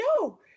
no